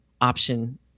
option